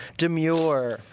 demure.